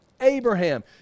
Abraham